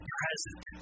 present